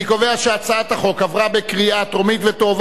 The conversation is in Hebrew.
אני קובע שהצעת החוק עברה בקריאה טרומית ותועבר